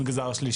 המגזר השלישי.